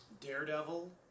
Daredevil